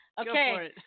Okay